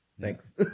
thanks